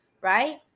right